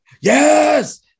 yes